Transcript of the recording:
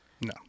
No